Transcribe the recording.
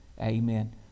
Amen